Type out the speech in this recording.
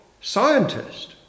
scientist